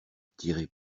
tirez